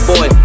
Boy